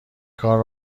کار